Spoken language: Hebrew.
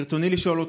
ברצוני לשאול אותך: